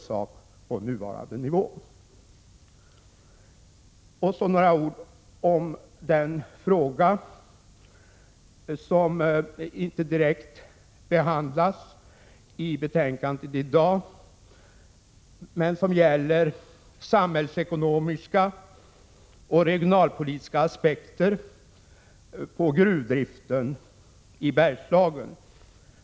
Slutligen några ord om en fråga som inte direkt behandlas i betänkandet i dag, men som gäller samhällsekonomiska och regionalpolitiska aspekter på gruvdriften i Bergslagen.